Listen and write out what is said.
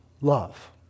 love